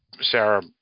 Sarah